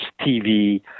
TV